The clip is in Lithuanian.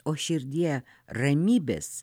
o širdie ramybės